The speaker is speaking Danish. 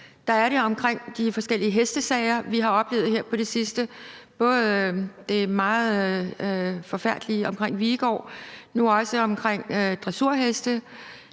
Der gælder i de forskellige hestesager, vi har oplevet her på det sidste, både det meget forfærdelige omkring Viegård og nu også det omkring dressurheste,